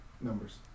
numbers